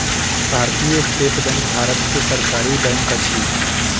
भारतीय state bank Bharat के सरकारी बैंक अछि